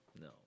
No